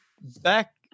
back